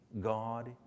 God